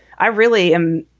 i really am.